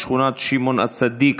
בשכונת שמעון הצדיק.